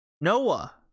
Noah